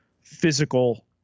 physical